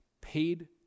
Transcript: paid